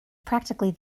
practically